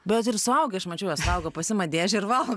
bet ir suaugę aš mačiau juos valgo pasiima dėžę ir valgo